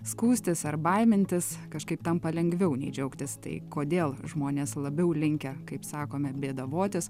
skųstis ar baimintis kažkaip tampa lengviau nei džiaugtis tai kodėl žmonės labiau linkę kaip sakome bėdavotis